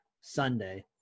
Sunday